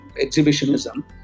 exhibitionism